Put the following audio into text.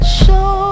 show